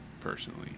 personally